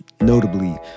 notably